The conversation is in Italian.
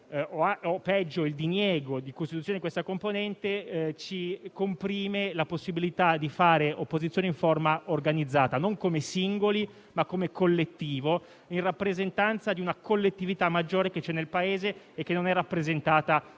o, peggio, il diniego alla costituzione di questa componente comprime la possibilità di fare opposizione in forma organizzata, non come singoli, ma come collettivo, in rappresentanza di una collettività maggiore presente nel Paese e che non è rappresentata in